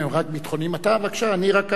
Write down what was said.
אתה, בבקשה, אני רק מחכה עד שאתה,